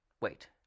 Wait